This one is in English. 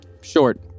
Short